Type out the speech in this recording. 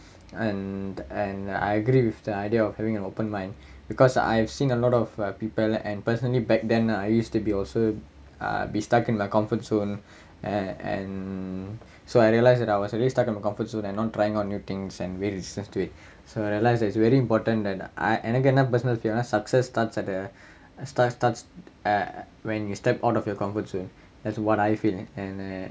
and and uh I agree with the idea of having an open mine because I have seen a lot of people and personally back then I used to be also err be stuck in my comfort zone and and so I realised that I was always stuck in my comfort zone and not trying out new things and really sets to it so I realise that it's very important that uh எனக்கு என்ன:enakku enna personal feel னா:naa success starts at the stars starts uh when you step out of your comfort zone that's what I feeling and